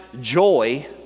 joy